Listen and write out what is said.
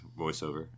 voiceover